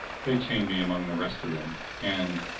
they chained me among the rest of them and,